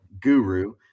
guru